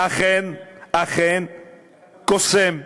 אכן קוסם.